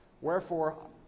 Wherefore